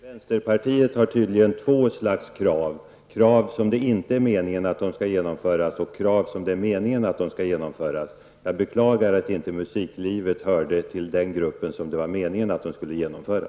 Herr talman! Vänsterpartiet har tydligen två slags krav. Krav som det inte är meningen att genomföra och krav som det är mening att genomföra. Jag beklagar att inte musiklivet hörde till den grupp som det var mening att genomföra.